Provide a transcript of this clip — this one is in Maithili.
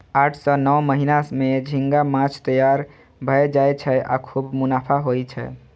आठ सं नौ महीना मे झींगा माछ तैयार भए जाय छै आ खूब मुनाफा होइ छै